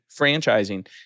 franchising